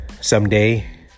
Someday